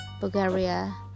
Bulgaria